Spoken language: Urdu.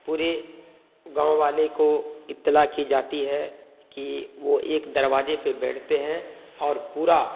پوری گاؤں والے کو اطلاع کی جاتی ہے کہ وہ ایک دروازے پہ بیٹھتے ہیں اور پورا